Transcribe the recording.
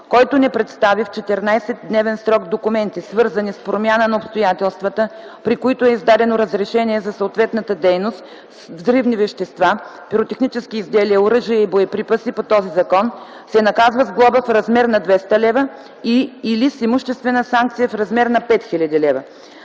Който не представи в 14-дневен срок документи, свързани с промяна на обстоятелствата, при които е издадено разрешение за съответната дейност с взривни вещества, пиротехнически изделия, оръжия и боеприпаси по този закон, се наказва с глоба в размер на 200 лв. и/или с имуществена санкция в размер на 5000 лв.